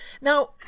Now